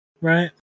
Right